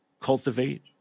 cultivate